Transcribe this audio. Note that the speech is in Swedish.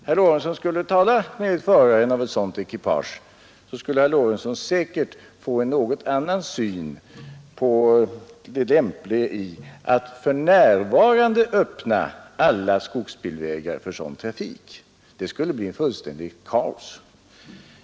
Herr Lorentzon skulle tala med föraren av ett sådant ekipage så skulle herr Lorentzon säkert få en något annorlunda syn på det lämpliga i att för närvarande öppna alla skogsbilvägar för sådan trafik. Det skulle bli kaos.